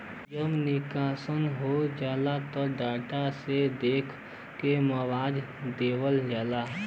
जब नुकसान हो जाला त डाटा से देख के मुआवजा देवल जाला